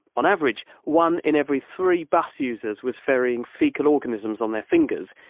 on average, one in every three bus users was ferrying faecal organisms on their fingers,